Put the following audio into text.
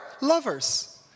lovers